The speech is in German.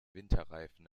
winterreifen